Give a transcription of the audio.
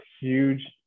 huge